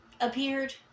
appeared